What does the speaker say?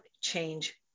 change